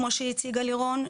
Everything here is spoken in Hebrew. כמו שהציגה לירון,